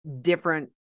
different